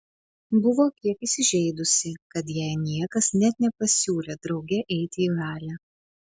buvo kiek įsižeidusi kad jai niekas net nepasiūlė drauge eiti į halę